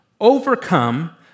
overcome